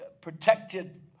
protected